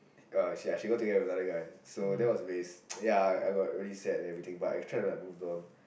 uh she like she got together with another guy so that was really ya I I got very sad and everything but I've try to like moved on